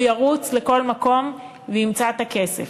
הוא ירוץ לכל מקום וימצא את הכסף.